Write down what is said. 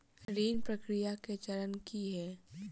ऋण प्रक्रिया केँ चरण की है?